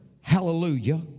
hallelujah